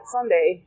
Sunday